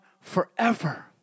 forever